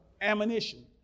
ammunition